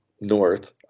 North